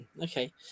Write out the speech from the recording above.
Okay